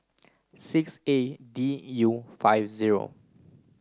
six A D U five zero